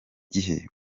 gihe